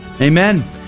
Amen